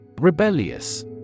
Rebellious